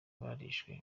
barishwe